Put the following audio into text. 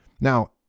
Now